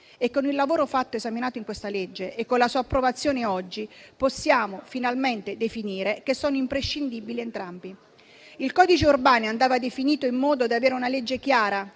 e con il lavoro fatto con l'esame di questo provvedimento e la sua approvazione oggi possiamo finalmente definire che sono imprescindibili entrambi. Il codice Urbani andava definito in modo da avere una legge chiara